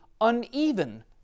uneven